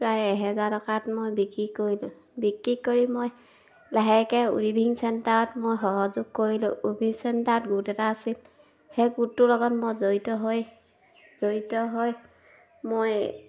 প্ৰায় এহেজাৰ টকাত মই বিক্ৰী কৰিলোঁ বিক্ৰী কৰি মই লাহেকৈ উইভিং চেণ্টাৰত মই সহযোগ কৰিলোঁ উইভিং চেণ্টাৰত গোট এটা আছিল সেই গোটটোৰ লগত মই জড়িত হৈ জড়িত হৈ মই